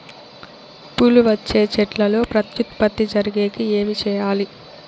పూలు వచ్చే చెట్లల్లో ప్రత్యుత్పత్తి జరిగేకి ఏమి చేయాలి?